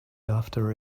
after